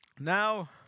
Now